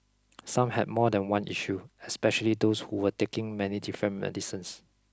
some had more than one issue especially those who were taking many different medicines